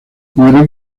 muere